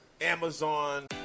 Amazon